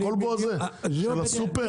של הסופר?